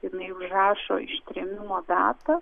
jinai užrašo ištrėmimo datą